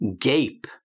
Gape